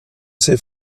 ses